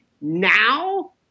Now